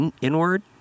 inward